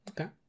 Okay